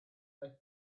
and